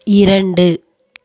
இரண்டு